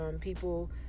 people